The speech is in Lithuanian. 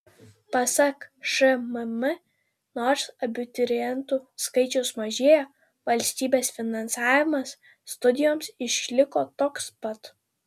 pasak šmm nors abiturientų skaičius mažėja valstybės finansavimas studijoms išliko toks pat